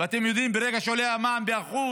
ואתם יודעים, ברגע שעולה המע"מ ב-1%,